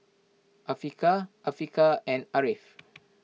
Afiqah Afiqah and Ariff